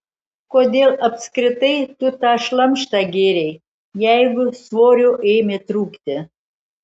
kodėl apskritai tu tą šlamštą gėrei jeigu svorio ėmė trūkti